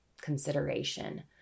consideration